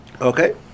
Okay